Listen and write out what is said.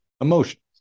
emotions